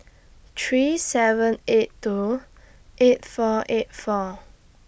three seven eight two eight four eight four